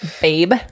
babe